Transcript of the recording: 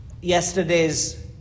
yesterday's